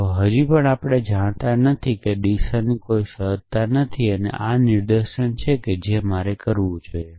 તમે હજી પણ જાણતા નથી કે દિશાની કોઈ સમજ નથી કહેતી કે આ એક નિર્દેશન છે જે મારે કરવું જોઈએ